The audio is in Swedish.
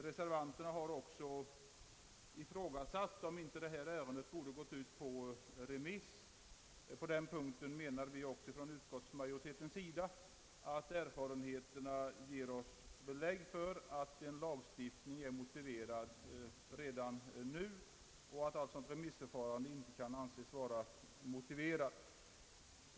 Reservanterna har också ifrågasatt om inte detta ärende borde ha gått ut på remiss, Inom utskottsmajoriteten menar vi att erfarenheterna ger belägg för att en lagstiftning är motiverad redan nu och att alltså ett remissförfarande inte kan anses vara motiverat.